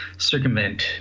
Circumvent